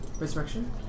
Resurrection